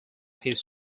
his